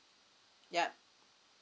yup